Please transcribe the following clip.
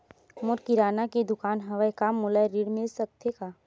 मोर किराना के दुकान हवय का मोला ऋण मिल सकथे का?